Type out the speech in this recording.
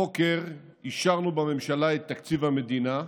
הבוקר אישרנו בממשלה את תקציב המדינה,